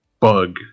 Bug